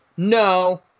No